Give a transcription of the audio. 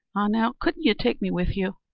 ah, now, couldn't you take me with you?